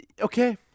Okay